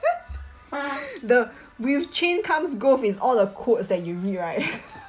the with change comes growth is all the quotes that you read right